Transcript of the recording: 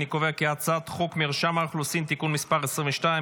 אני קובע כי הצעת חוק מרשם האוכלוסין (תיקון מס' 22),